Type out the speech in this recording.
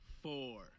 Four